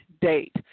date